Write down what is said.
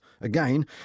again